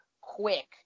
quick